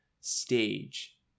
stage